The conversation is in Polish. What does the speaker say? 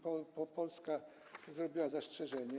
Polska zrobiła zastrzeżenie.